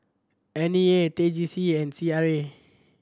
N E A T J C and C R A